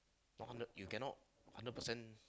not hundred you cannot hundred percent